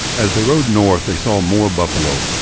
as they rode north, they saw more buffalo,